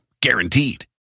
Guaranteed